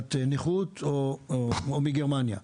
קצבת נכות או מגרמניה.